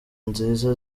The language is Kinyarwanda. nziza